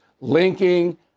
linking